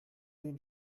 den